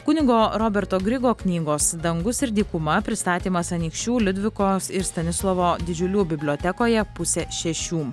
kunigo roberto grigo knygos dangus ir dykuma pristatymas anykščių liudvikos ir stanislovo didžiulių bibliotekoje pusę šešių